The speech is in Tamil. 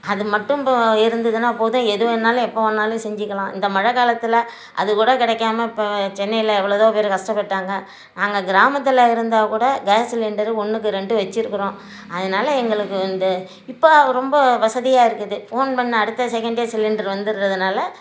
அது மட்டும் இப்போது இருந்ததுனா போதும் எது வேணுணாலும் எப்போ வேணாலும் செஞ்சிக்கலாம் இந்த மழை காலத்தில் அது கூட கிடைக்காம இப்போ சென்னையில் எவ்வளதோ பேர் கஷ்டப்பட்டாங்க நாங்க கிராமத்தில் இருந்தால் கூட கேஸ் சிலிண்டர் ஒன்றுக்கு ரெண்டு வச்சிருக்கிறோம் அதனால எங்களுக்கு இந்த இப்போ ரொம்ப வசதியாக இருக்குது ஃபோன் பண்ண அடுத்த செகண்டே சிலிண்டர் வந்துடுறதனால